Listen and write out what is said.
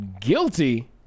guilty